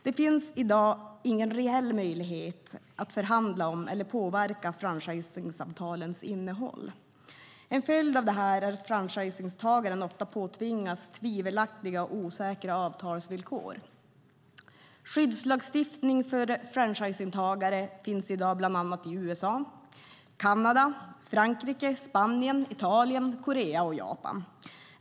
Det finns i dag ingen reell möjlighet att förhandla om eller påverka ett franchiseavtals innehåll. En följd av detta är att franchisetagaren ofta påtvingas tvivelaktiga och osäkra avtalsvillkor. Skyddslagstiftning för franchisetagare finns i dag bland annat i USA, Kanada, Frankrike, Spanien, Italien, Korea och Japan.